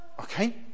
Okay